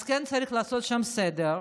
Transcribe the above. אז כן, צריך לעשות שם סדר,